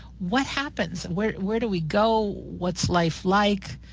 what happens? where where do we go? what's life like?